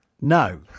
No